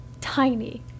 tiny